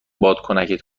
بادکنکت